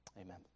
Amen